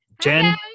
Jen